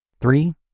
Three